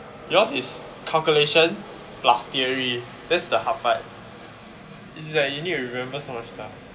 yours is calculation plus theory that's the hard part is like you need to remember so much stuff